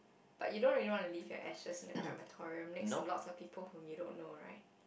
but you don't really want to leave your ashes in a crematorium next to lots of people whom you don't know right